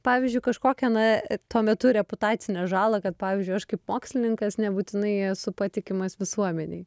pavyzdžiui kažkokią na tuo metu reputacinę žalą kad pavyzdžiui aš kaip mokslininkas nebūtinai esu patikimas visuomenei